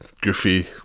goofy